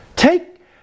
Take